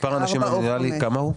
מספר אנשים מינימלי כמה הוא?